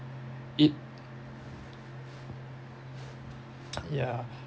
it yeah